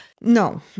No